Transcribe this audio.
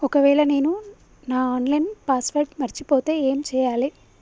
ఒకవేళ నేను నా ఆన్ లైన్ పాస్వర్డ్ మర్చిపోతే ఏం చేయాలే?